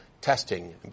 testing